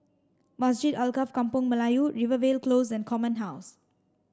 Masjid Alkaff Kampung Melayu Rivervale Close and Command House